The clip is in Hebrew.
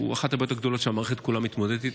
אחת הבעיות הגדולות שהמערכת כולה מתמודדת איתה.